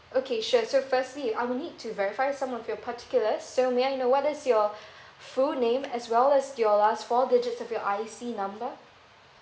okay sure so firstly I would need to verify some of your particulars so may I know what is your full name as well as your last four digit of your I_C number